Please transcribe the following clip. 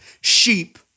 sheep